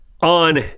on